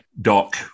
Doc